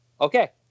okay